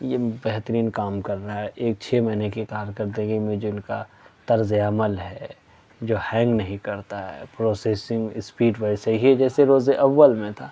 یہ بہترین کام کر رہا ہے ایک چھ مہینے کی کارکردگی میں جن کا طرز عمل ہے جو ہینگ نہیں کرتا ہے پروسیسنگ اسپیڈ ویسے ہے جیسے روز اول میں تھا